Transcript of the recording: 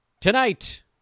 tonight